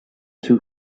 too